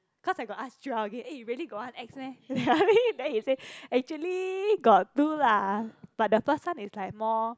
cause I got ask Joel again eh you really got one ex meh ya really then he say actually got two lah but the first one is like more